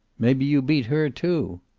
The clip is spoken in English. maybe you beat her, too.